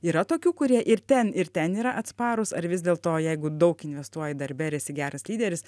yra tokių kurie ir ten ir ten yra atsparūs ar vis dėlto jeigu daug investuoji darbe ir esi geras lyderis